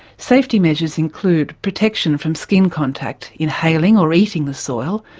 safety measures include protection from skin contact, inhaling or eating the soil,